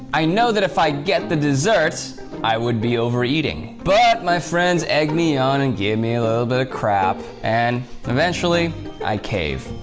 i know that if i get the dessert i would be overeating. but my friends egg me on and give me a little bit of crap, and eventually i cave.